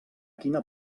quina